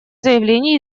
заявление